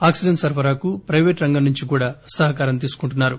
oxygen సరఫరాకు private రంగం నుంచి కూడా సహకారం తీసుకుంటారు